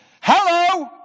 Hello